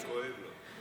--- שכואב לו.